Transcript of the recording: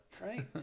right